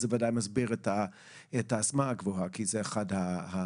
זה בוודאי מסביר את האסטמה הגבוהה כי זה אחד הסימפטומים.